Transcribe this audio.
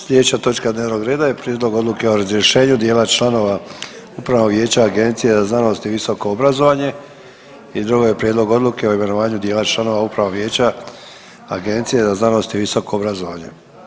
Slijedeća točka dnevnog reda je: - Prijedlog odluke o razrješenju dijela članova upravnog vijeća Agencije za znanost i visoko obrazovanje i drugo je: - Prijedlog odluke o imenovanju dijela članova upravnog vijeća Agencije za znanost i visoko obrazovanje.